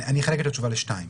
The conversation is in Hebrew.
אני אחלק את התשובה לשניים,